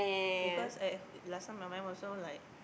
because I last time my mum also like